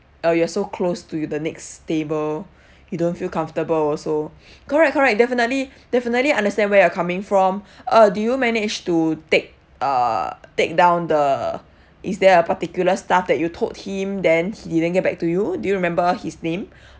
uh you're so close to the next table you don't feel comfortable also correct correct definitely definitely understand where you're coming from uh do you manage to take uh take down the is there a particular staff that you told him then he didn't get back to you do you remember his name